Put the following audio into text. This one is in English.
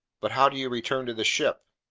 but how do you return to the ship?